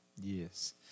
yes